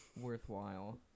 Worthwhile